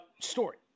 story